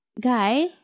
Guy